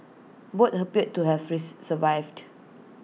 both appeared to have re survived